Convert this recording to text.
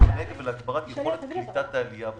הנגב ולהגברת יכולת קליטת העלייה".